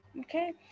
Okay